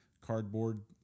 cardboard